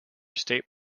state